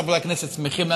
כל חברי הכנסת שמחים,